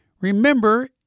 Remember